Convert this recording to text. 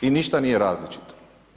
I ništa nije različito.